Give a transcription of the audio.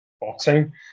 boxing